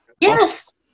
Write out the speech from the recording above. Yes